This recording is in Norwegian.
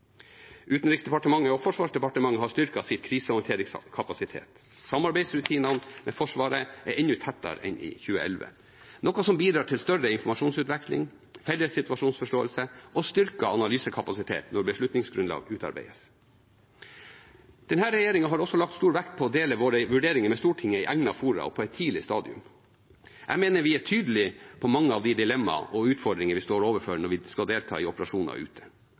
Utenriksdepartementet og Forsvarsdepartementet har styrket sin krisehåndteringskapasitet. Samarbeidsrutinene med Forsvaret er enda tettere enn i 2011, noe som bidrar til større informasjonsutveksling, felles situasjonsforståelse og styrket analysekapasitet når beslutningsgrunnlag utarbeides. Denne regjeringen har også lagt stor vekt på å dele sine vurderinger med Stortinget i egnede fora og på et tidlig stadium. Jeg mener at vi er tydelige på mange av de dilemmaer og utfordringer vi står overfor når vi skal delta i operasjoner ute.